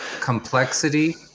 complexity